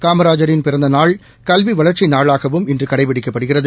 காமராஜரின் பிறந்தநாள் கல்விவளர்ச்சிநாளாக இன்றுகடைபிடிக்கப்படுகிறது